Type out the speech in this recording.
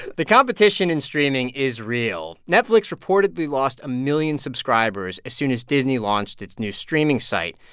the competition in streaming is real. netflix reportedly lost a million subscribers as soon as disney launched its new streaming site,